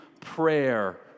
prayer